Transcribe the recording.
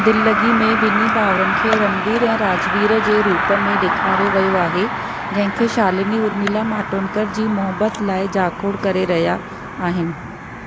दिल्लगी में ॿिन्ही भाउरनि खे रणवीर ऐं राजवीर जे रूप में ॾेखारियो वियो आहे जंहिंखे शालिनी उर्मिला मातोंडकर जी मुहबतु लाइ जाखोड़ करे रहिया आहिनि